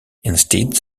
instead